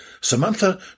Samantha